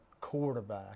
quarterback